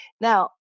Now